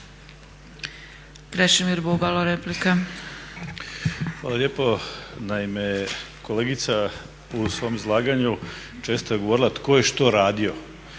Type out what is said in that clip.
Krešimir (HDSSB)** Hvala lijepo. Naime, kolegica u svom izlaganju često je govorila tko je što radio.